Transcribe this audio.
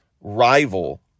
rival